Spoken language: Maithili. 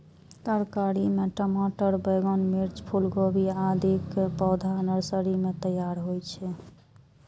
तरकारी मे टमाटर, बैंगन, मिर्च, फूलगोभी, आदिक पौधा नर्सरी मे तैयार होइ छै